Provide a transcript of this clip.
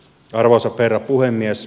arvoisa herra puhemies